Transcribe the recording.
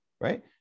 right